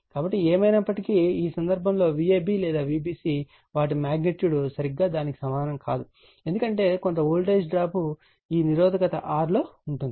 కాబట్టి ఏమైనప్పటికీ ఈ సందర్భంలో Vab లేదా Vbc వాటి మగ్నిట్యూడ్ సరిగ్గా దానికి సమానం కాదు ఎందుకంటే కొంత వోల్టేజ్ డ్రాప్ ఈ R నిరోధకత లో ఉంటుంది